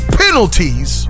penalties